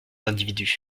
d’individus